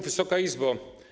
Wysoka Izbo!